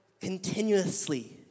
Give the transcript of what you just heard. Continuously